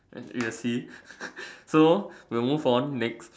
you will see so we will move on next